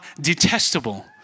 detestable